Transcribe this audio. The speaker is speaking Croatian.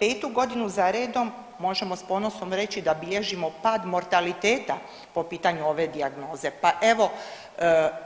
Petu godinu za redom možemo sa ponosom reći da bilježimo pad mortaliteta po pitanju ove dijagnoze pa evo